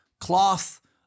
cloth